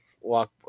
walk